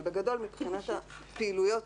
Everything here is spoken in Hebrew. אבל בגדול מבחינת פעילויות